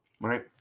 right